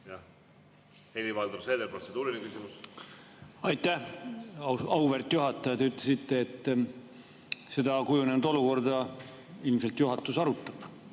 Helir-Valdor Seeder, protseduuriline küsimus. Aitäh, auväärt juhataja! Te ütlesite, et seda kujunenud olukorda ilmselt juhatus arutab